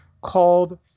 called